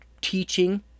teaching